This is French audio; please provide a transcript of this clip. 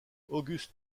auguste